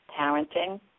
parenting